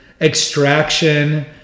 Extraction